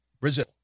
Brazil